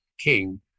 king